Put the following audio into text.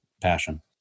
passion